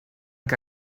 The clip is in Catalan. què